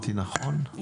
זרוע העבודה,